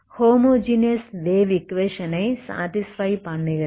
homogeneous wave equation ஐ satisfy பண்ணுகிறது